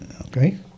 Okay